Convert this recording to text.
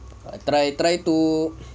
try try to